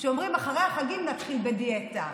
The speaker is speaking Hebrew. כשאומרים: אחרי החגים נתחיל בדיאטה,